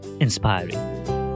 inspiring